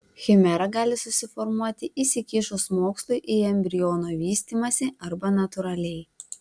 chimera gali susiformuoti įsikišus mokslui į embriono vystymąsi arba natūraliai